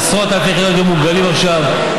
עשרות אלפי יחידות יהיו מוגרלות עכשיו,